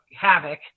Havoc